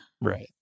Right